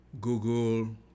Google